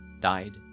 died